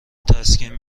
تسکین